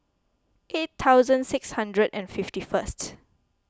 eight thousand six hundred and fifty first